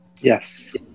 Yes